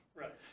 Right